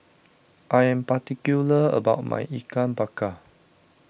I am particular about my Ikan Bakar